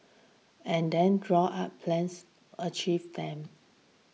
and then draw up plans achieve them